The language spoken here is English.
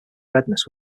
redness